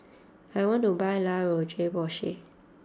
I want to buy La Roche Porsay